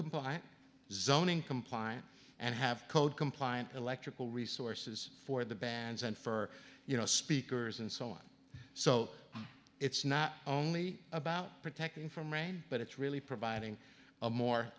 compliant zoning compliant and have code compliant electrical resources for the bands and for you know speakers and so on so it's not only about protecting from rain but it's really providing a more